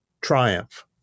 triumph